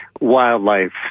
wildlife